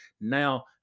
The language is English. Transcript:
Now